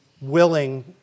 willing